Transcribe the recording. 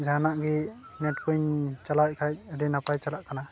ᱡᱟᱦᱱᱟᱜ ᱜᱮ ᱱᱮᱴ ᱠᱚᱧ ᱪᱟᱞᱟᱣᱮᱫ ᱠᱷᱟᱡ ᱟᱹᱰᱤ ᱱᱟᱯᱟᱭ ᱪᱟᱞᱟᱜ ᱠᱟᱱᱟ